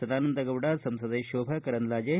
ಸದಾನಂದಗೌಡ ಸಂಸದೆ ಶೋಭಾ ಕರಂದ್ಲಾಜೆ